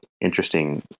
interesting –